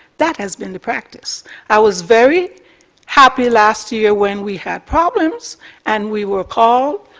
that has been practiced. i was very happy last year when we had problems and we were called,